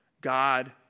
God